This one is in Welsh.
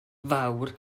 fawr